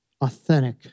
authentic